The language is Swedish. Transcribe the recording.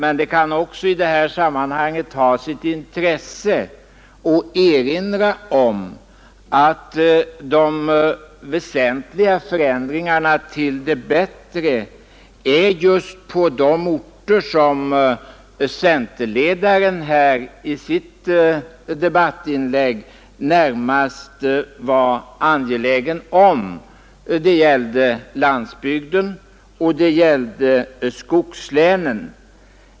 Men det kan också i det här sammanhanget ha sitt intresse att erinra om att de väsentliga förändringarna till det bättre skett just på de orter som centerledaren i sitt debattinlägg närmast var angelägen om. Det gällde landsbygden och skogslänen.